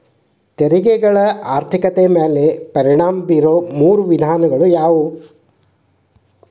ತೆರಿಗೆಗಳ ಆರ್ಥಿಕತೆ ಮ್ಯಾಲೆ ಪರಿಣಾಮ ಬೇರೊ ಮೂರ ವಿಧಾನಗಳ ಯಾವು